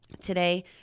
Today